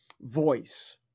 voice